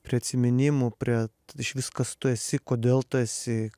prie atsiminimų prie išvis kas tu esi kodėl tu esi